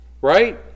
right